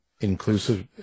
inclusive